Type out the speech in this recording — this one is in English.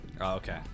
okay